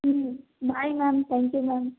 ம் bye ma'am thank you ma'am